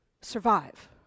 survive